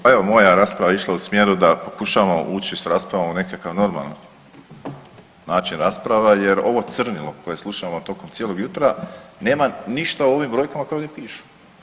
Pa evo moja rasprava je išla u smjeru da pokušamo ući sa raspravom u nekakav normalan način rasprava, jer ovo crnilo koje slušamo tokom cijelog jutra nema ništa u ovim brojkama koje ovdje pišu.